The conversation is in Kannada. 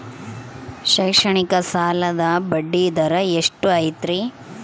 ಶೈಕ್ಷಣಿಕ ಸಾಲದ ಬಡ್ಡಿ ದರ ಎಷ್ಟು ಐತ್ರಿ?